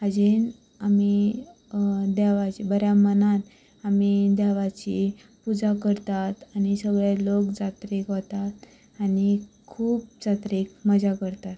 बऱ्या हातून आमी बऱ्या मनान आमी देवाची पुजा करतात आनी सगले लोक जात्रेक वतात आनी खूब जात्रेक मजा करतात